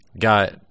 got